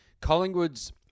Collingwood's